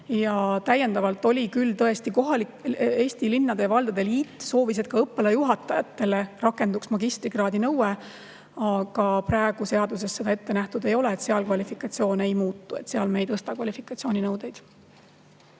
Ja täiendavalt oli küll tõesti kohalikel … Eesti Linnade ja Valdade Liit soovis, et ka õppealajuhatajatele rakenduks magistrikraadi nõue, aga praegu seadus[eelnõus] seda ette nähtud ei ole, seal kvalifikatsioon ei muutu, seal me ei tõsta kvalifikatsiooninõudeid.